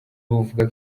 buvuga